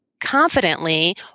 confidently